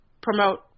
promote